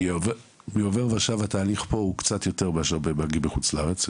מעובר ושב התהליך קצת יותר מאשר בחוץ לארץ.